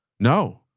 no.